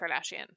Kardashian